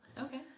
Okay